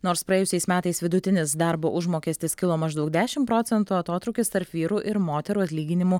nors praėjusiais metais vidutinis darbo užmokestis kilo maždaug dešimt procentų atotrūkis tarp vyrų ir moterų atlyginimų